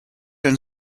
and